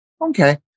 okay